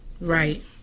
Right